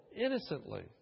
innocently